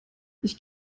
ich